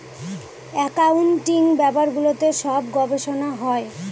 accounting ব্যাপারগুলোতে সব গবেষনা হয়